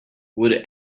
would